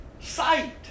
sight